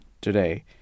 today